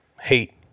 hate